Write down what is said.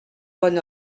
bon